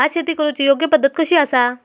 भात शेती करुची योग्य पद्धत कशी आसा?